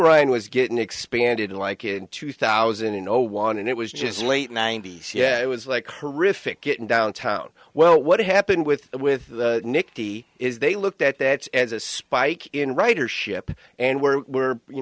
ryan was getting expanded like in two thousand in zero one and it was just late ninety's yeah it was like horrific getting downtown well what happened with with nicky is they looked at that as a spike in writer ship and where we're you